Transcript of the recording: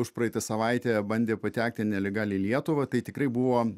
užpraeitą savaitę bandė patekti nelegaliai į lietuvą tai tikrai buvo